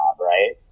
right